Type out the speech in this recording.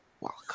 welcome